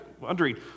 wondering